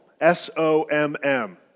S-O-M-M